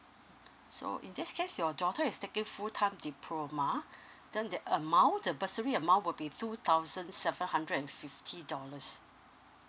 so in this case your daughter is taking full time diploma then the amount the bursary amount will be two thousand seven hundred and fifty dollars